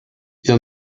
ihr